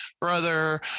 brother